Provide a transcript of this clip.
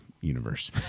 universe